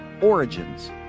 Origins